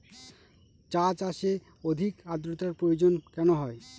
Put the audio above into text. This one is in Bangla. চা চাষে অধিক আদ্রর্তার প্রয়োজন কেন হয়?